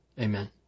Amen